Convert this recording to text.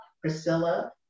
Priscilla